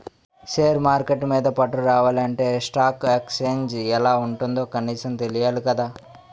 share market మీద పట్టు రావాలంటే స్టాక్ ఎక్సేంజ్ ఎలా ఉంటుందో కనీసం తెలియాలి కదా